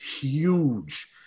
huge